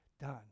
done